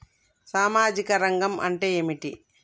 సామాజిక రంగం అంటే ఏమిటి?